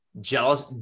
jealous